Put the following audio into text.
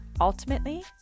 Ultimately